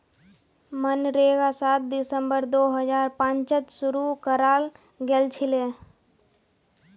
मनरेगा सात दिसंबर दो हजार पांचत शूरू कराल गेलछिले